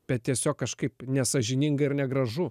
bet tiesiog kažkaip nesąžininga ir negražu